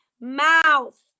mouth